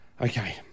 Okay